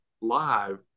live